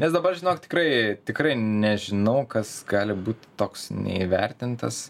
nes dabar žinok tikrai tikrai nežinau kas gali būti toks neįvertintas